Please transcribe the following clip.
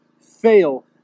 fail